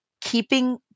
keeping